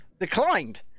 declined